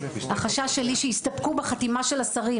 החשש שלי שיסתפקו בחתימה של השרים.